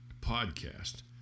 podcast